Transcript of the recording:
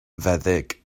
feddyg